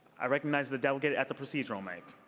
i recognize the delegate at the procedural mic.